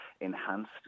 enhanced